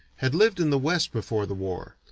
had lived in the west before the war,